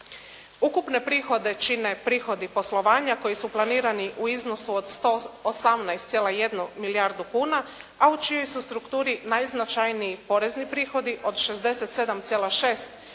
Ukupne prihode čine prihodi poslovanja koji su planirani u iznosu od 118,1 milijardu kuna, a u čijoj su strukturi najznačajniji porezni prihodi od 67,6 milijardi